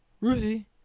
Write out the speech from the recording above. Ruthie